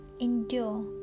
endure